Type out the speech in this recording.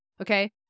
Okay